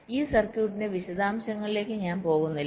ഈ സർക്യൂട്ടിന്റെ വിശദാംശങ്ങളിലേക്ക് ഞാൻ പോകുന്നില്ല